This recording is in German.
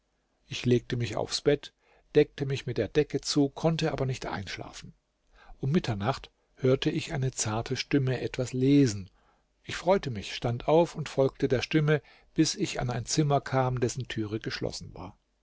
ich legte mich aufs bett deckte mich mit der decke zu konnte aber nicht einschlafen um mitternacht hörte ich eine zarte stimme etwas lesen ich freute mich stand auf und folgte der stimme bis ich an ein zimmer kam dessen türe geschlossen war